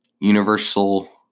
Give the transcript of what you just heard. universal